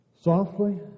Softly